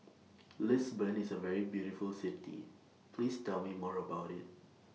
Lisbon IS A very beautiful City Please Tell Me More about IT